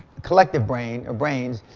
collective brain, or brains,